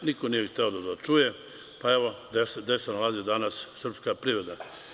Niko nije hteo to da čuje, pa evo gde se nalazi danas srpska privreda.